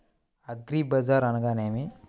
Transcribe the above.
అగ్రిబజార్ అనగా నేమి?